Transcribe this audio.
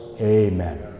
amen